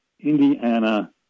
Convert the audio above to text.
Indiana